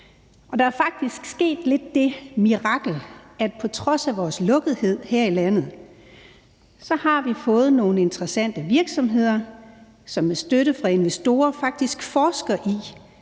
der er faktisk sket det mirakel, at på trods af vores lukkethed her i landet har vi fået nogle interessante virksomheder, som med støtte fra investorer faktisk forsker i